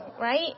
Right